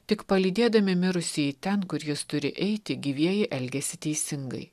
tik palydėdami mirusįjį ten kur jis turi eiti gyvieji elgiasi teisingai